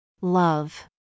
Love